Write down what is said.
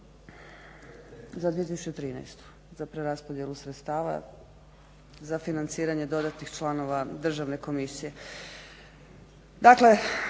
za 2013 za preraspodjelu sredstava za financiranje dodatnih članova Državne komisije.